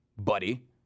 buddy